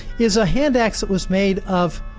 is a hand axe that was made of